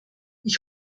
ich